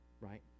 right